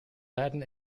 latin